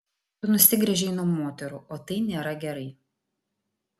tu nusigręžei nuo moterų o tai nėra gerai